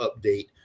update